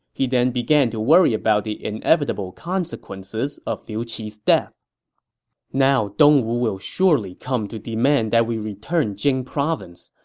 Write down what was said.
he then began to worry about the inevitable consequences of liu qi's death now dongwu will surely come to demand that we return jing province.